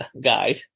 guide